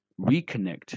reconnect